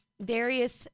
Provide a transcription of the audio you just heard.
various